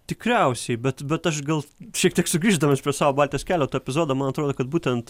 tikriausiai bet bet aš gal šiek tiek sugrįždamas prie savo baltijos kelio to epizodo man atrodo kad būtent